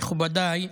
מכובדיי,